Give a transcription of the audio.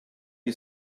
you